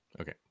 Okay